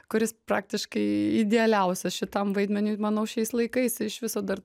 kuris praktiškai idealiausias šitam vaidmeniui manau šiais laikais iš viso dar